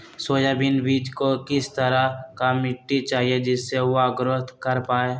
Soybean बीज को किस तरह का मिट्टी चाहिए जिससे वह ग्रोथ कर पाए?